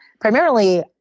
primarily